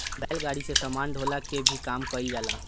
बैलगाड़ी से सामान ढोअला के काम भी कईल जाला